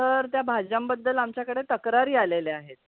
तर त्या भाज्यांबद्दल आमच्याकडे तक्रारी आलेल्या आहेत